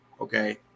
Okay